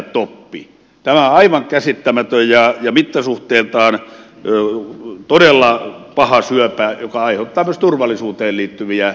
tämä on aivan käsittämätön ja mittasuhteiltaan todella paha syöpä joka aiheuttaa myös turvallisuuteen liittyviä laajempiakin vaikutuksia